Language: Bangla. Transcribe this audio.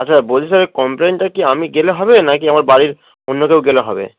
আচ্ছা বলছি স্যার কমপ্লেনটা কি আমি গেলে হবে নাক কি আমার বাড়ির অন্যকেও গেলে হবে